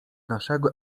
naszego